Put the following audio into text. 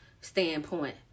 standpoint